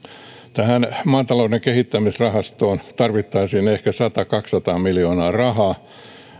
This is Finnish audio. tähän maatalouden kehittämisrahastoon tarvittaisiin ehkä sata viiva kaksisataa miljoonaa rahaa